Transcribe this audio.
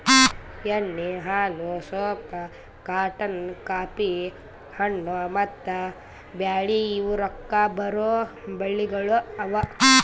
ಎಣ್ಣಿ, ಹಾಲು, soap, cotton, coffee, ಹಣ್ಣು, ಮತ್ತ ಬ್ಯಾಳಿ ಇವು ರೊಕ್ಕಾ ಬರೋ ಬೆಳಿಗೊಳ್ ಅವಾ